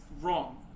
wrong